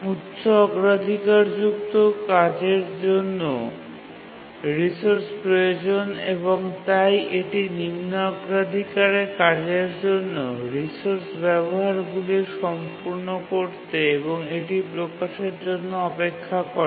উচ্চ অগ্রাধিকারযুক্ত কাজের জন্যও রিসোর্স প্রয়োজন এবং তাই এটি নিম্ন অগ্রাধিকারের কাজের জন্য রিসোর্স ব্যবহারগুলি সম্পূর্ণ করতে এবং এটি প্রকাশের জন্য অপেক্ষা করে